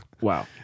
Wow